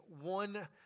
one